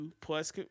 plus